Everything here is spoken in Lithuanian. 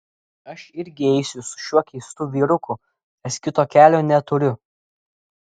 aš irgi eisiu su šiuo keistu vyruku nes kito kelio neturiu